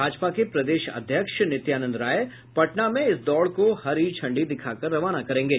भाजपा के प्रदेश अध्यक्ष नित्यानंद राय पटना में इस दौड़ को हरी झंडी दिखाकर रवाना करेंगे